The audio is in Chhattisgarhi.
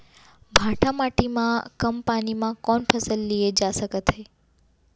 भांठा माटी मा कम पानी मा कौन फसल लिए जाथे सकत हे?